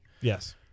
Yes